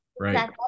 right